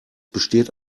besteht